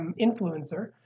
influencer